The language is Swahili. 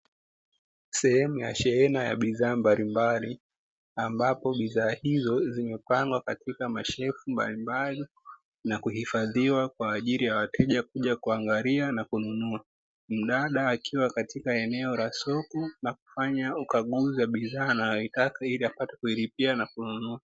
Sehemu ya shehena ya bidhaa mbalimbali ambapo bidhaa hizo zimepangwa katika mashelfu mbalimbali, na kuhifadhiwa kwa ajili ya wateja kuja na kununua. Mdada akiwa katika eneo la soko na kufanya ukaguzi wa bidhaa anayoitaka, ili apate kuilipia na kuinunua.